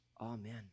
Amen